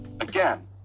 Again